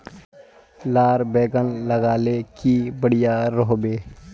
लार बैगन लगाले की बढ़िया रोहबे?